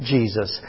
Jesus